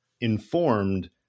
informed